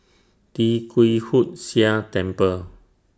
Tee Kwee Hood Sia Temple